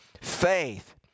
faith